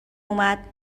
اومد